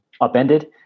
upended